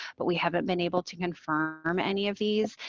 but we haven't been able to confirm any of these,